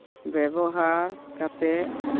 ᱵᱮᱵᱚᱦᱟᱨ ᱠᱟᱛᱮᱫ